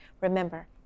Remember